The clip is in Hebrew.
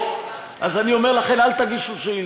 אז אני אומר לכן: אל תגישו שאילתות.